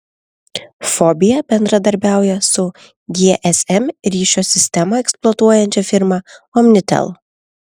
fobija bendradarbiauja su gsm ryšio sistemą eksploatuojančia firma omnitel